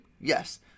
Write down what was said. Yes